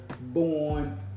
born